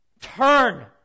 Turn